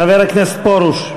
חבר הכנסת פרוש.